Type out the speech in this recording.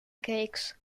cakes